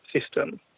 system